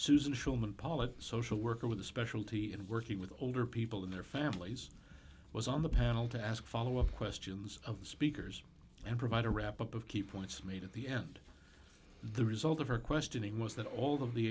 susan schulman polit social worker with a specialty in working with older people in their families was on the panel to ask follow up questions of the speakers and provide a wrap up of key points made at the end the result of her questioning was that all of the